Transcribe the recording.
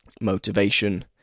motivation